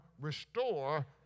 restore